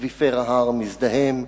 אקוויפר ההר מזדהם,